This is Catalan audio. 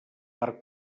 per